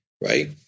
Right